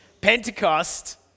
pentecost